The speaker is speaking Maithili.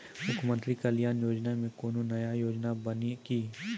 मुख्यमंत्री कल्याण योजना मे कोनो नया योजना बानी की?